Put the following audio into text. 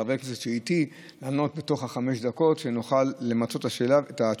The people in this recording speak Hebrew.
לחברי הכנסת שאיתי בתוך חמש הדקות כדי שנוכל למצות את התשובה.